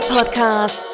Podcast